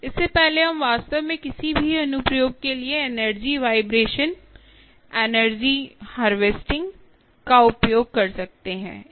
इससे पहले हम वास्तव में किसी भी अनुप्रयोग के लिए एनर्जी वाइब्रेशन एनर्जी हार्वेस्टिंग का उपयोग कर सकते हैं